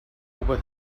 over